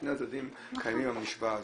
שני צדדים קיימים במשוואה הזאת.